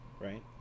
Right